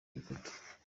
gikuta